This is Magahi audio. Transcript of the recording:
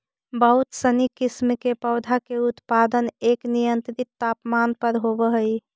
बहुत सनी किस्म के पौधा के उत्पादन एक नियंत्रित तापमान पर होवऽ हइ